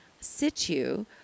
situ